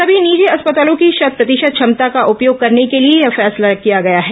समी निजी अस्पतालों की शत प्रतिशत क्षमता का उपयोग करने के लिए यह फैसला किया गया है